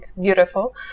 beautiful